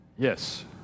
Yes